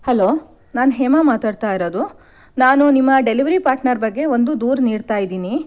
hello ನಾನು ಹೇಮಾ ಮಾತಾಡ್ತಾ ಇರೋದು ನಾನು ನಿಮ್ಮ ಡೆಲಿವರಿ ಪಾರ್ಟ್ನರ್ ಬಗ್ಗೆ ಒಂದು ದೂರು ನೀಡ್ತಾ ಇದ್ದೀನಿ